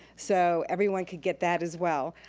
so everyone could get that as well.